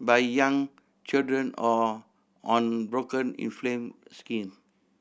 by young children or on broken inflamed skin